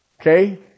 Okay